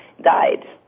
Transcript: Died